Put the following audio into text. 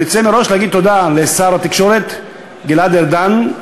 אני רוצה מראש להגיד תודה לשר התקשורת גלעד ארדן,